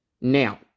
Now